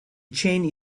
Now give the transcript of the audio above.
chain